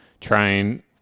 trying